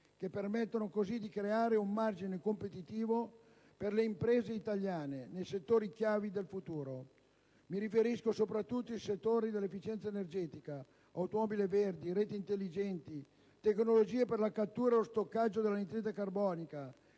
che permettano così di creare un margine competitivo per le imprese italiane nei settori chiave del futuro: mi riferisco soprattutto ai settori dell'efficienza energetica, automobili verdi, reti intelligenti, tecnologie per la cattura e lo stoccaggio dell'anidride carbonica,